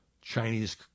Chinese